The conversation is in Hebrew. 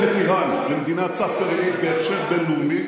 את איראן למדינת סף גרעינית בהכשר בין-לאומי,